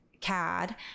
CAD